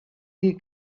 dir